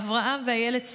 אברהם ואיילת סנדק,